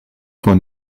vor